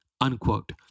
Unquote